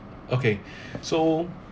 okay so